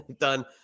done